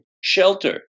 shelter